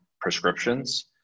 prescriptions